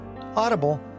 Audible